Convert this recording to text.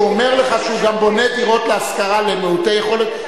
כשהוא אומר לך שהוא גם בונה דירות להשכרה למעוטי יכולת,